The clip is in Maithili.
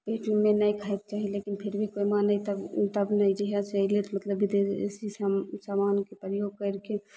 पेटमे नहि खाइके चाही लेकिन फिर भी कोइ मानय तब तब ने जहियासँ अइले मतलब विदेशी समा सामानके प्रयोग करिके